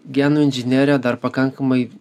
genų inžinerija dar pakankamai